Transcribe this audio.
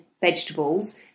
vegetables